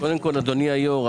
אדוני היושב-ראש,